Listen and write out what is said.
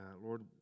Lord